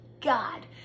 God